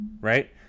right